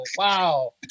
wow